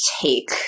take